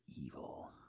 evil